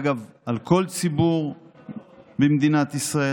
אגב, על כל ציבור במדינת ישראל.